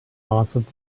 answered